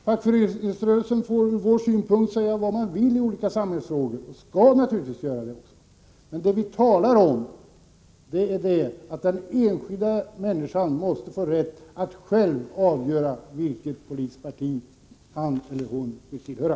Fackföreningsrörelsen får ur vår synvinkel säga vad den vill i olika samhällsfrågor och skall naturligtvis göra det. Men vad det handlar om är att den enskilda människan måste få rätt att själv avgöra vilket politiskt parti han eller hon vill tillhöra.